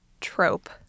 trope